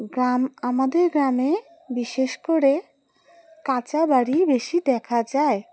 গ্রাম আমাদের গ্রামে বিশেষ করে কাঁচা বাাড়ি বেশি দেখা যায়